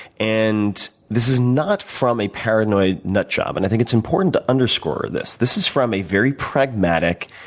and this is not from a paranoid nut job. and i think it's important to underscore this. this is from a very pragmatic,